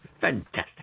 Fantastic